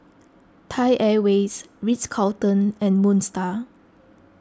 Thai Airways Ritz Carlton and Moon Star